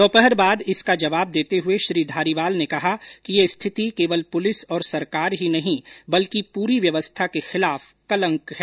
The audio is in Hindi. दोपहर बाद इसका जवाब देते हुए श्री धारीवाल ने कहा कि यह स्थिति केवल पुलिस और सरकार ही नहीं बल्कि पूरी व्यवस्था के खिलाफ कलंक है